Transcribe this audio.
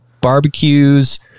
barbecues